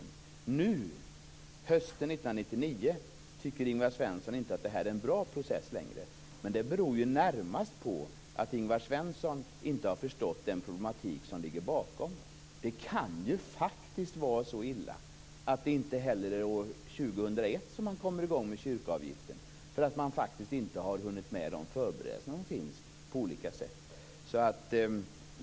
Nu, hösten 1999, tycker Ingvar Svensson inte att det är en bra process längre. Det beror närmast på att Ingvar Svensson inte har förstått den problematik som ligger bakom. Det kan faktiskt vara så illa att man inte heller år 2001 kommer i gång med kyrkoavgiften därför att man inte har hunnit med förberedelserna på olika sätt.